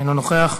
אינו נוכח.